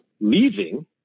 leaving